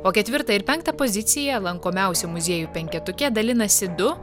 o ketvirtą ir penktą poziciją lankomiausių muziejų penketuke dalinasi du